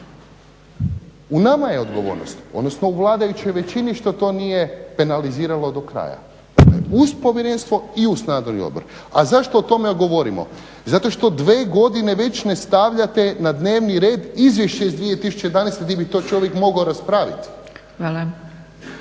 U nama je odgovornost. Odnosno u vladajućoj većini što to nije penaliziralo do kraja uz povjerenstvo i uz nadzorni odbor. A zašto o tome govorimo? Zato što 2 godine već ne stavljate na dnevni red izvješće iz 2011. gdje bi to čovjek mogao raspraviti.